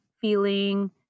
feeling